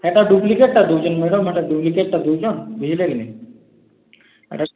ସେଟା ଡୁପ୍ଲିକେଟ୍ଟା ଦେଉଛନ୍ ମ୍ୟାଡ଼ାମ୍ ସେଟା ଡୁପ୍ଲିକେଟ୍ଟା ଦେଉଛନ୍ ବୁଝିଲେ କି ନାଇଁ ଏଇଟା